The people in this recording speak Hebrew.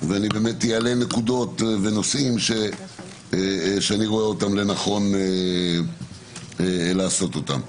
ואני אעלה נקודות ונושאים שאני רואה לנכון להעלות אותם.